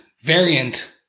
variant